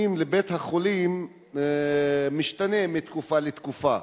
לבתי-החולים משתנה מתקופה לתקופה,